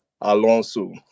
Alonso